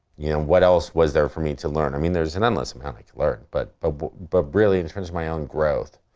you know, what else was there for me to learn? i mean, there's an endless amount i can learn but ah but really, in terms of my own growth.